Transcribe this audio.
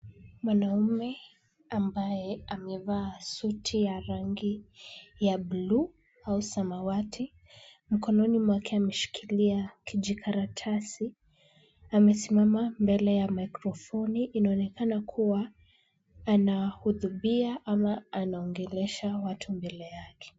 Mwanaume ambaye amevaa suti ya rangi ya blue au samawati. Mkononi mwake ameshikilia kijikaratasi. Amesimama mbele ya maikrofoni. Inaonekana kuwa anahutubia ama anaongelesha watu mbele yake.